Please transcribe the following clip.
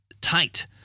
tight